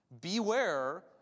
beware